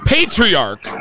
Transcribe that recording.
Patriarch